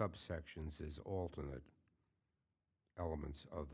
subsections as alternate elements of